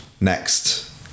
next